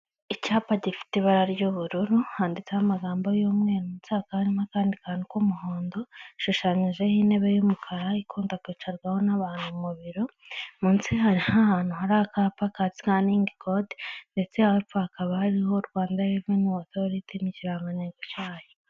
Icyapa gifite ibara ry'ubururu, handitseho amagambo y'umweru munsi hakaba harimo akantu k'umuhondo ishushanyije intebe y'umukara ikunda kwicarwaho n'abantu mubiro, munsi hariho ahantu hariho akapa ka sikaningi kode, ndetse hepfo hakaba hariho Rwanda reveni Otoriti, n'ikirangantego cyayo.